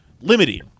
limiting